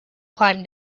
climb